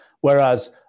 Whereas